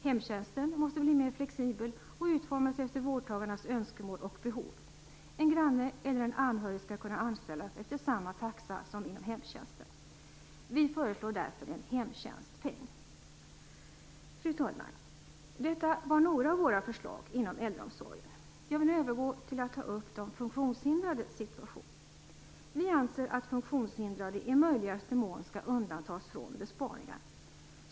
Hemtjänsten måste bli mer flexibel och utformas efter vårdtagarnas önskemål och behov. En granne eller anhörig skall kunna anställas efter samma taxa som inom hemtjänsten. Vi föreslår därför en s.k. Fru talman! Detta var några av våra förslag inom äldreomsorgen. Jag vill nu övergå till att ta upp de funktionshindrades situation. Vi anser att funktionshindrade i möjligaste mån skall undantas från besparingar.